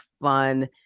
fun